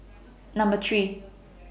Number three